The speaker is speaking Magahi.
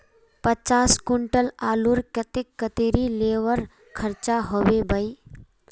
पचास कुंटल आलूर केते कतेरी लेबर खर्चा होबे बई?